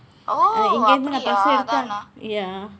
oh நான் இங்கிருந்து:naan ingkirundthu bus எடுத்து:eduththu ya